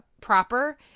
proper